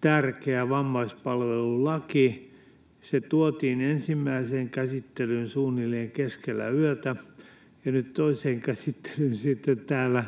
tärkeä vammaispalvelulaki tuotiin ensimmäiseen käsittelyyn suunnilleen keskellä yötä ja nyt toiseen käsittelyyn sitten täällä